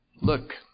Look